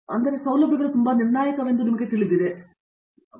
ಆದ್ದರಿಂದ ಜೈವಿಕ ತಂತ್ರಜ್ಞಾನದಲ್ಲೂ ಸಹ ಯಶಸ್ಸುಗಳಿಗೆ ಅಂತರ್ಗತವಾಗಿರುವ ಬಹಳಷ್ಟು ಗಣನೆಗಳಿವೆ